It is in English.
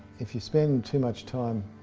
if you spend to much time